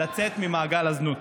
לצאת ממעגל הזנות.